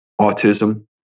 autism